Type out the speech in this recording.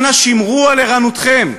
אנא, שמרו על ערנותכם.